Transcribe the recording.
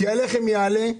כי הלחם יעלה,